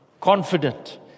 confident